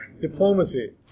Diplomacy